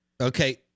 Okay